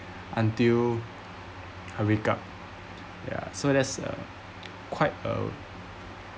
until I wake up ya so that's a quite a